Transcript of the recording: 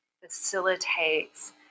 facilitates